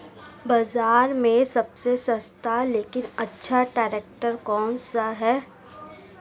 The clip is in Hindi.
बाज़ार में सबसे सस्ता लेकिन अच्छा ट्रैक्टर कौनसा है?